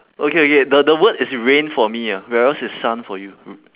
okay okay the the word is rain for me ah whereas it's sun for you